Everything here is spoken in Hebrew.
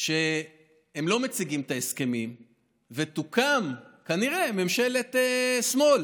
זה שהם לא מציגים את ההסכמים ותוקם כנראה ממשלת שמאל